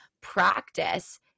practice